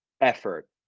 effort